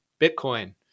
Bitcoin